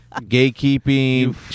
gatekeeping